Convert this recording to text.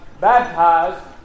baptized